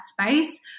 space